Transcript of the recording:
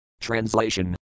Translation